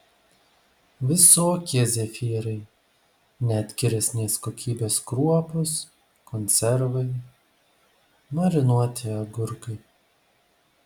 visokie zefyrai net geresnės kokybės kruopos konservai marinuoti agurkai